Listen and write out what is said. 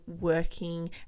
working